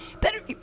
better